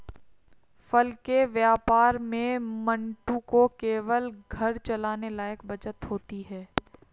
फल के व्यापार में मंटू को केवल घर चलाने लायक बचत होती है